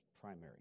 primary